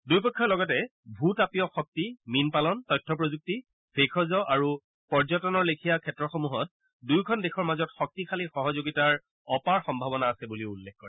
দুয়োপক্ষই লগতে ভূ তাপীয় শক্তি মীন পালন তথ্য প্ৰযুক্তি ভেষজ আৰু পৰ্যটনৰ লেখিয়া ক্ষেত্ৰসমূহত দুয়োখন দেশৰ মাজত শক্তিশালী সহযোগিতাৰ অপাৰ সম্ভাৱনা আছে বুলিও উল্লেখ কৰে